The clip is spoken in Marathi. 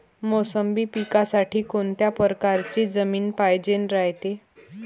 मोसंबी पिकासाठी कोनत्या परकारची जमीन पायजेन रायते?